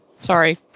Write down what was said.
Sorry